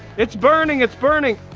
it's burning! it's burning!